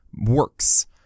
works